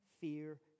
fear